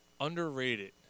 Underrated